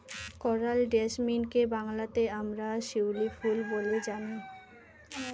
coral জেসমিনকে বাংলাতে আমরা শিউলি ফুল বলে জানি